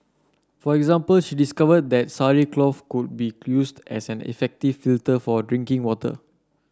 for example she discovered that sari cloth could be used as an effective filter for drinking water